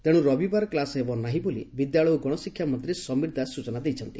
ତେଶୁ ରବିବାର କ୍ଲୁସ୍ ହେବନାହିଁ ବୋଲି ବିଦ୍ୟାଳୟ ଓ ଗଣଶିକ୍ଷା ମନ୍ତୀ ସମୀର ଦାଶ ସ୍ଚନା ଦେଇଛନ୍ତି